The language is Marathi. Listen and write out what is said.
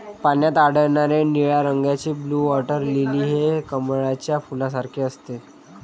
पाण्यात आढळणारे निळ्या रंगाचे ब्लू वॉटर लिली हे कमळाच्या फुलासारखे असते